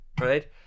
right